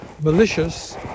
malicious